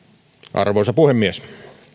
arvoisa puhemies